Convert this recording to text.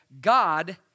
God